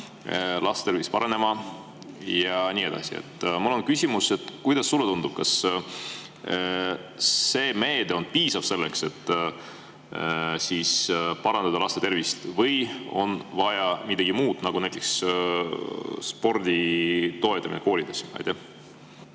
laste tervis paranema ja nii edasi. Mul on küsimus: kuidas sulle tundub, kas see meede on piisav selleks, et laste tervist parandada, või on vaja midagi muud, näiteks spordi toetamist koolides? Mul